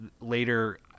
later